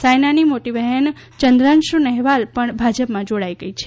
સાયનાની મોટી બહેન ચંદ્રાંશુ નહેવાલ પણ ભાજપમાં જોડાઇ ગઇ છે